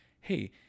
hey